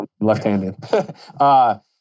left-handed